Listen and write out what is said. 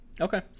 okay